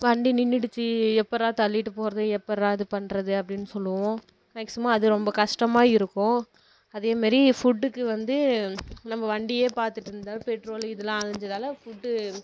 வண்டி நின்னுடுச்சு எப்பிட்றா தள்ளிகிட்டு போகிறது எப்பிட்றா இது பண்ணுறது அப்படின்னு சொல்லுவோம் மேக்ஸிமம் அது ரொம்ப கஷ்டமாக இருக்கும் அதே மாதிரி ஃபுட்டுக்கு வந்து நம்ம வண்டியே பார்த்துட்ருந்தா பெட்ரோலு இதுலாம் அலைஞ்சதால ஃபுட்டு